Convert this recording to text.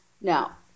Now